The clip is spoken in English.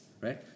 right